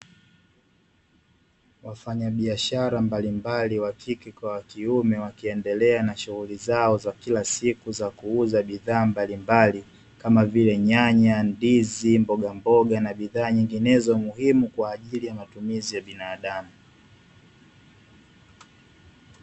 Wafanyabiashara mbalimbali wa kike kwa wa kiume wakiendelea na shughuli zao za kila siku za kuuza bidhaa mbalimbali, kama vile nyanya, ndizi, mbogamboga na bidhaa nyinginezo muhimu kwa ajili ya matumizi ya binadamu.